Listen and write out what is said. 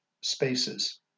spaces